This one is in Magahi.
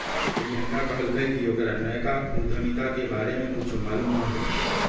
प्रियंका कहलकई कि ओकरा नयका उधमिता के बारे में कुछो मालूम न हई